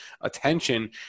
attention